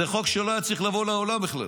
זה חוק שלא היה צריך לבוא לעולם בכלל,